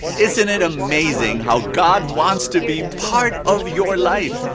isn't it amazing how god wants to be part of your life?